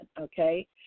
okay